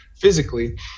physically